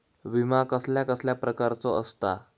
विमा कसल्या कसल्या प्रकारचो असता?